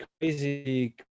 crazy